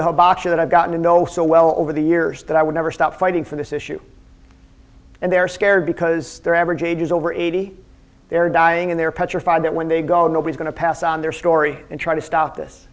the boxer that i've gotten to know so well over the years that i would never stop fighting for this issue and they're scared because their average age is over eighty they're dying and they're petrified that when they go nobody's going to pass on their story and try to stop this